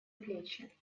плечи